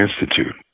Institute